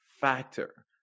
factor